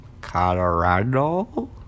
Colorado